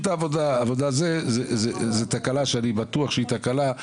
זו תקלה שאני בטוח שהיא תקלה.